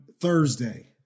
Thursday